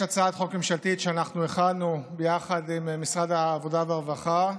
יש הצעת חוק ממשלתית שאנחנו הכנו ביחד עם משרד העבודה והרווחה,